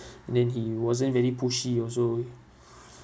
then he wasn't very pushy also